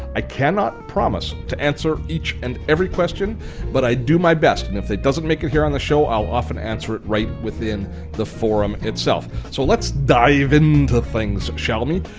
i cannot promise to answer each and every question but i do my best. and if it doesn't make it here on the show, i'll often answer it right within the forum itself. so let's dive into things, shall we?